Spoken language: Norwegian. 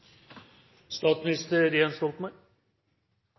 statsminister Jens